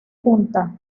punta